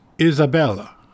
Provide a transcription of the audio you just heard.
Isabella